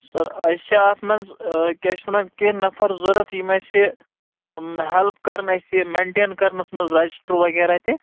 سر اَسہِ چھِ اَتھ منٛز کیٛاہ چھِ یَتھ وَنان کیٚنٛہہ نَفر ضرورَت یِم اَسہِ ہیٚلٕپ کَرن اَسہِ یِہ مٮ۪نٹین کَرنس منٛز رَجسٹر وغیرہ تہِ